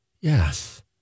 Yes